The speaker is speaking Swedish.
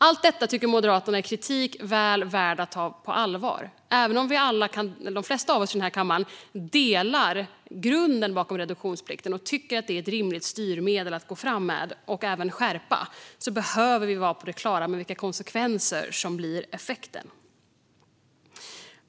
Allt detta tycker Moderaterna är kritik väl värd att ta på allvar. Även om de flesta av oss i den här kammaren i grunden delar synen på reduktionsplikten och tycker att det är ett rimligt styrmedel att gå fram med - och även skärpa - behöver vi vara på det klara med vilka konsekvenser som blir effekten.